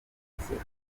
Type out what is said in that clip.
bugesera